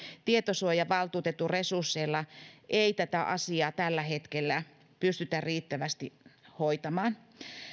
tietosuojavaltuutetun resursseilla ei tätä asiaa tällä hetkellä pystytä riittävästi hoitamaan